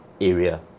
area